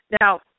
Now